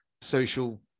social